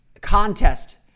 contest